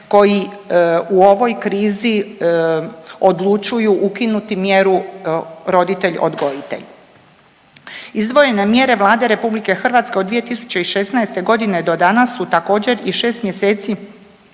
koji u ovoj krizi odlučuju ukinuti mjeru roditelj odgojitelj. Izdvojene mjere Vlada RH od 2016.g. do danas su također i 6 mjeseci